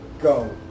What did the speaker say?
Go